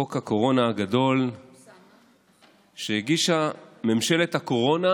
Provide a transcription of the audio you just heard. חוק הקורונה הגדול שהגישה ממשלת הקורונה